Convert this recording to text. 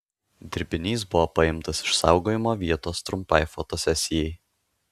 dirbinys buvo paimtas iš saugojimo vietos trumpai fotosesijai